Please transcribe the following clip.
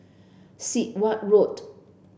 Sit Wah Road